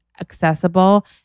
accessible